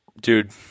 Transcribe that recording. dude